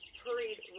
hurried